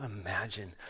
imagine